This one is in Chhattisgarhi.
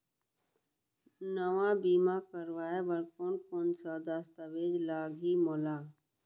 नवा बीमा करवाय बर कोन कोन स दस्तावेज लागही मोला?